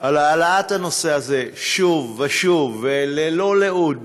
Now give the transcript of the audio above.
על העלאת הנושא הזה שוב ושוב, ללא לאות.